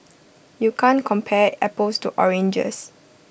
you can't compare apples to oranges